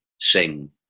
sing